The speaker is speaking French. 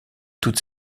toute